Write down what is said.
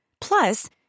Plus